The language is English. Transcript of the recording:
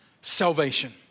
salvation